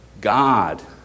God